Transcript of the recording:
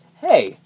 hey